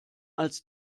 als